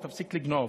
תפסיק לגנוב,